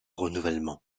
renouvellement